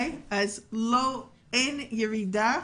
אין ירידה,